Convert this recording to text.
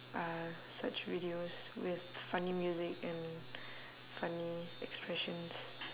uh such videos with funny music and funny expressions